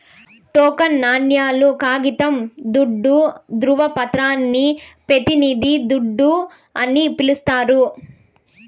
token నాణేలు, కాగితం దుడ్డు, దృవపత్రాలని పెతినిది దుడ్డు అని పిలిస్తారు